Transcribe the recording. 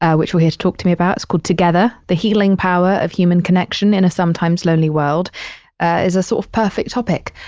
ah which we're here to talk to me about, it's called together the healing power of human connection in a sometimes lonely world is a sort of perfect topic.